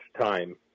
time